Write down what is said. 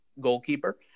goalkeeper